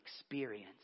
experience